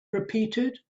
repeated